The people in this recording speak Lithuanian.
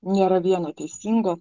nėra vieno teisingo